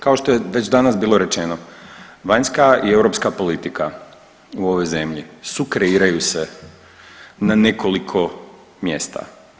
Kao što je već danas bilo rečeno vanjska i europska politika u ovoj zemlji sukreiraju se na nekoliko mjesta.